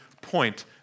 point